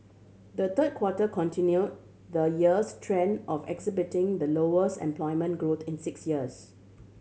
the third quarter continue the year's trend of exhibiting the lowest employment growth in six years